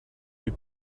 die